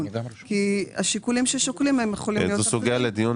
כי השיקולים ששוקלים --- זאת סוגייה לדיון,